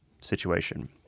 situation